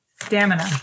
Stamina